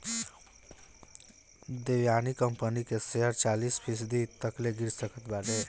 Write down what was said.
Devyani company के share चालीस फीसदी तकले गिर सकत बाटे